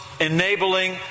enabling